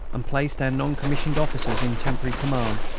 and placed our non-commissioned officers in temporary command,